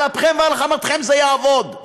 על אפכם ועל חמתכם זה יעבוד.